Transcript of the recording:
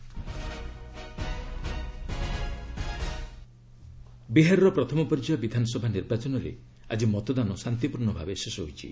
lead Bihar election ବିହାରର ପ୍ରଥମ ପର୍ଯ୍ୟାୟ ବିଧାନସଭା ନିର୍ବାଚନରେ ଆଜି ମତଦାନ ଶାନ୍ତିପୂର୍ଣ୍ଣ ଭାବେ ଶେଷ ହୋଇଛି